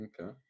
Okay